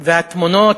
והתמונות,